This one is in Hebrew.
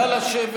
אתה ישבת